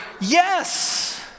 Yes